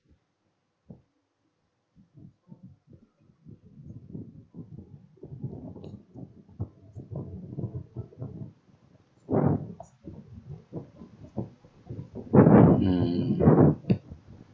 mm